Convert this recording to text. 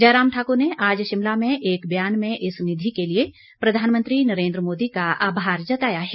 जयराम ठाकुर ने आज शिमला में एक बयान में इस निधि के लिए प्रधानमंत्री नरेन्द्र मोदी का आभार जताया है